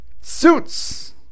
Suits